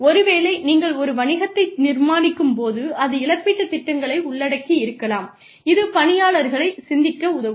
ஒருவேளை நீங்கள் ஒரு வணிகத்தை நிர்மாணிக்கும் போது அது இழப்பீட்டுத் திட்டங்களை உள்ளடக்கியிருக்கலாம் இது பணியாளர்கள் சிந்திக்க உதவும்